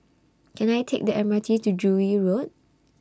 Can I Take The M R T to Joo Yee Road